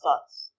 thoughts